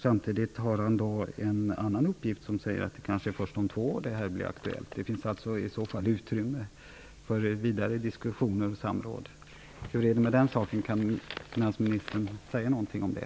Samtidigt har han en annan uppgift som säger att det kanske är först om två år som detta blir aktuellt. I så fall finns det utrymme för vidare diskussioner och samråd. Hur är det med den saken? Kan finansministern säga något om det?